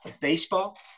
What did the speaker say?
baseball